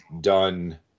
done